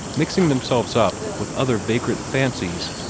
mixing themselves up with other vagrant fancies,